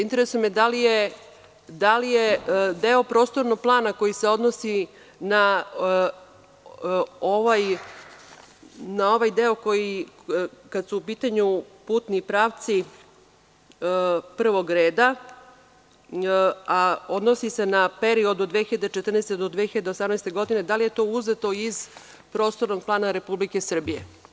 Interesuje me da li je deo prostornog plana koji se odnosi na ovaj deo kada su u pitanju putni pravci prvog reda, a odnosi se na period od 2014. do 2018. godine, da li je to uzeto iz prostornog plana Republike Srbije?